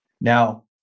Now